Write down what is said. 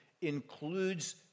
includes